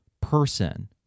person